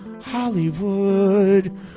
Hollywood